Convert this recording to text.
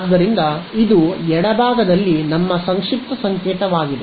ಆದ್ದರಿಂದ ಇದು ಎಡಭಾಗಕ್ಕೆ ನಮ್ಮ ಸಂಕ್ಷಿಪ್ತ ಸಂಕೇತವಾಗಿದೆ